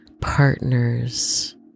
partners